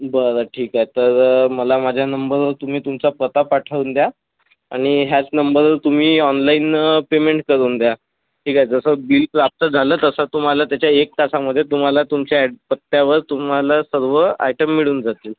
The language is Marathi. बरं ठीक आहे तर मला माझ्या नंबरवर तुम्ही तुमचा पत्ता पाठवून द्या आणि ह्याच नंबरवर तुम्ही ऑनलाइन पेमेंट करून द्या ठीक आहे जसं बिल प्राप्त झालं तसा तुम्हाला त्याच्या एक तासामधे तुम्हाला तुमच्या अड पत्त्यावर तुम्हाला सर्व आयटम मिळून जातील